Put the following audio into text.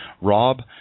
Rob